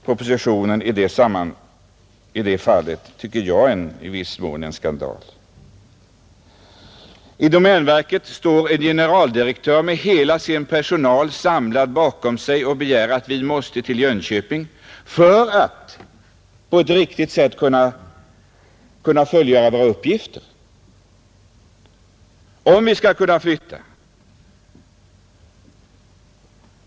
Propositionens förslag är i det fallet, tycker jag, i viss mån en skandal, Generaldirektören i domänverket har hela den samlade personalen bakom sig i sin begäran att få flytta till Jönköping för att verket på ett riktigt sätt skall kunna fullgöra sina uppgifter.